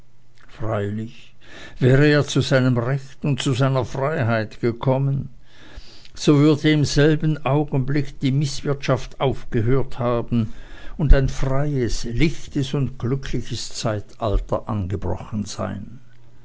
freilich wäre er zu seinem recht und zu seiner freiheit gekommen so würde im selben augenblicke die mäusewirtschaft aufgehört haben und ein freies lichtes und glückliches zeitalter angebrochen sein